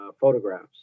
photographs